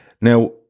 Now